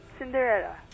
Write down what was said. Cinderella